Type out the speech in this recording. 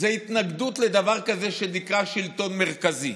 זו התנגדות לדבר כזה שנקרא שלטון מרכזי,